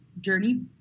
journey